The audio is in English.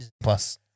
Plus